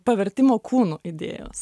pavertimo kūnu idėjos